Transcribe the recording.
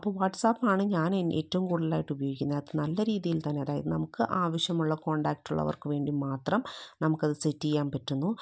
അപ്പോൾ വാട്ട്സാപ്പാണ് ഞാൻ ഏറ്റവും കൂട്തലായിട്ട് ഉപയോഗിക്കുന്നത് അത് നല്ല രീതിയിൽ തന്നെ അതായത് നമുക്ക് ആവശ്യമുള്ള കോൺടാക്റ്റ് ഉള്ളവർക്ക് വേണ്ടി മാത്രം നമുക്ക് അത് സെറ്റ് ചെയ്യാൻ പറ്റുന്നു